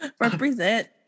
represent